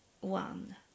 one